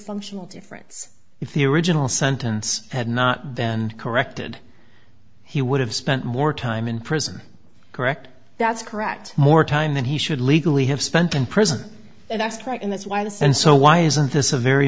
functional difference if the original sentence had not then corrected he would have spent more time in prison correct that's correct more time than he should legally have spent in prison and i asked right in that's why this and so why isn't this a very